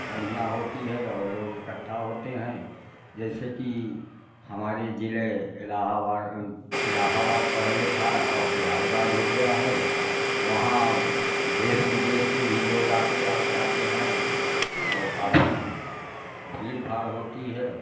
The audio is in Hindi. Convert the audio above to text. बढ़िया होती है और लोग इकट्ठा होते हैं जैसे कि हमारे ज़िले इलाहाबाद इलाहाबाद पहले था अब प्रयागराज हो गया है वहाँ देश बिदेश के भी लोग आते और जाते हैं और काफ़ी भीड़ भाड़ होती है